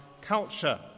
culture